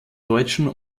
deutschen